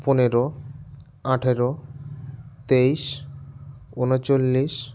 পনেরো আঠেরো তেইশ উনচল্লিশ